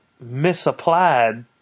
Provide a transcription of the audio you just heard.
misapplied